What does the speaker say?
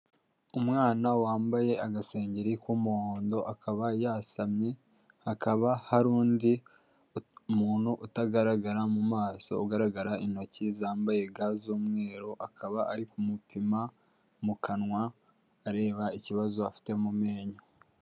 Umwana wambaye agasenge k'umuhondo akaba yasamye hakaba hari undi muntu utagaragara mu maso, ugaragara intoki zambaye ga z'umweru akaba ari kumupima mu kanwa areba ikibazo afite mu menyo.